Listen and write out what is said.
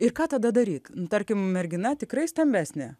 ir ką tada daryt tarkim mergina tikrai stambesnė